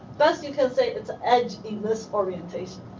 that's you can say it's an edge in this orientation.